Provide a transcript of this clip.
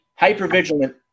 hypervigilant